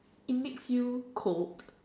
it makes you cold